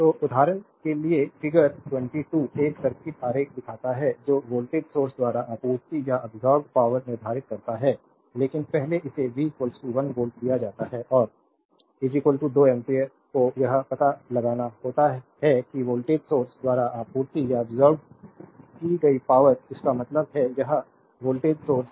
तो उदाहरण के लिए फिगर 22 एक सर्किट आरेख दिखाता है जो वोल्टेज सोर्स द्वारा आपूर्ति या अब्सोर्बेद पावरनिर्धारित करता है लेकिन पहले इसे V 1 वोल्ट दिया जाता है और I 2 एम्पीयर को यह पता लगाना होता है कि वोल्टेज सोर्स द्वारा आपूर्ति या अब्सोर्बेद की गई पावर इसका मतलब है यह वोल्टेज स्रोत